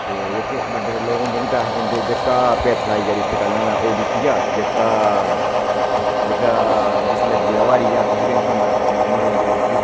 ते जेह्के बड्डे बड्डे लोक होंदे उनेंगी पैसे दिंदे जेह्का पिट्ठ लाई गेआ पैहले तां ओह् जित्ती गेआ जेह्का जेह्का जिसी लग्गी गेई ते ओह् हारी गेआ उसी किश नेई थ्होंदा नुआड़ी होंदी बेजती